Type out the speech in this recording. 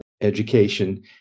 education